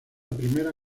primera